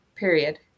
period